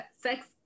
sex